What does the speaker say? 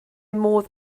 modd